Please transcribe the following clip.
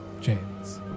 James